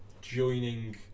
joining